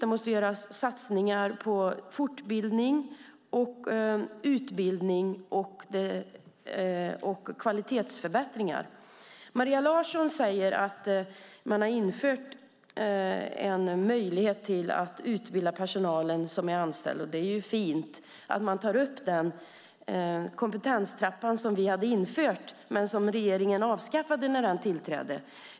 Det måste göras satsningar på fortbildning, utbildning och kvalitetsförbättringar. Maria Larsson säger att man har infört en möjlighet att utbilda anställd personal. Det är fint att man tar upp den kompetenstrappa som vi hade infört men som regeringen avskaffade när den tillträdde.